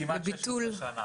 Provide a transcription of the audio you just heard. כמעט 16 שנים.